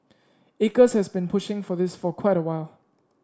acres has been pushing for this for quite a while